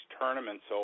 tournament's